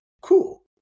Cool